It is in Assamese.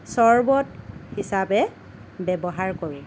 চৰ্বত হিচাপে ব্য়ৱহাৰ কৰোঁ